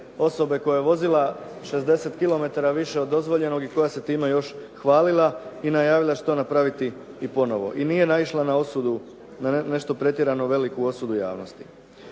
osobe koja je vozila 60 kilometara više od dozvoljenog i koja se time još hvalila i najavila da će to napraviti i ponovo, i nije naišla na nešto pretjerano veliku osudu javnosti.